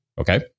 Okay